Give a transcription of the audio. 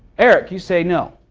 eric you say no.